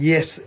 Yes